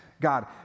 God